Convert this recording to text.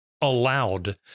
allowed